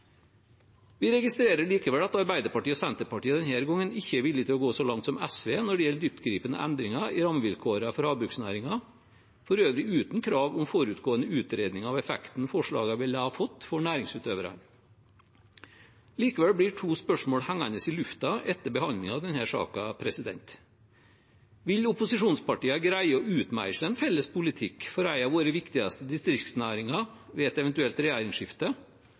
Vi registrerer likevel at Arbeiderpartiet og Senterpartiet denne gangen ikke er villige til å gå så langt som SV når det gjelder dyptgripende endringer i rammevilkårene for havbruksnæringen – for øvrig uten krav om forutgående utredning av effekten forslagene ville ha fått for næringsutøverne. Likevel blir to spørsmål hengende i lufta etter behandlingen av denne saken: Vil opposisjonspartiene greie å utmeisle en felles politikk for en av våre viktigste distriktsnæringer ved et eventuelt regjeringsskifte?